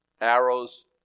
arrows